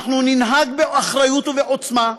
אנחנו ננהג באחריות ובעוצמה,